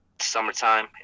Summertime